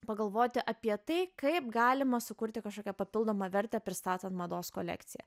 pagalvoti apie tai kaip galima sukurti kažkokią papildomą vertę pristatant mados kolekciją